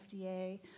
FDA